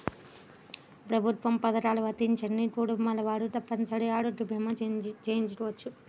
ప్రభుత్వ పథకాలు వర్తించని కుటుంబాల వారు తప్పనిసరిగా ఆరోగ్య భీమా చేయించుకోవాలి